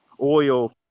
oil